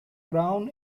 crown